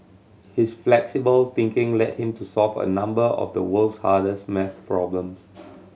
his flexible thinking led him to solve a number of the world's hardest maths problems